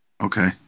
Okay